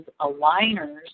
aligners